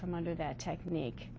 from under that technique